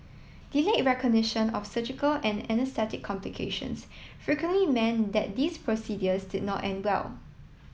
delayed recognition of surgical and anaesthetic complications frequently meant that these procedures did not end well